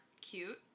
Cute